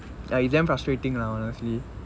ya it's damn frustrating lah honestly